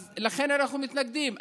אז לכן אנחנו מתנגדים.